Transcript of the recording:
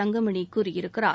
தங்கமணி கூறியிருக்கிறார்